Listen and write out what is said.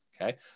okay